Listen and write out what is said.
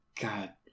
God